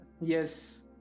Yes